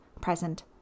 present